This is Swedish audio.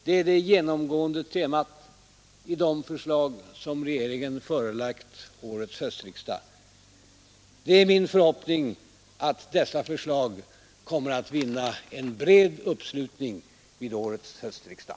Det är det genomgående temat i de förslag som regeringen förelagt årets höstriksdag. Det är min förhoppning att dessa förslag kommer att vinna bred uppslutning.